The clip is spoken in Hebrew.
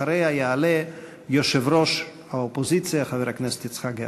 אחריה יעלה יושב-ראש האופוזיציה חבר הכנסת יצחק הרצוג.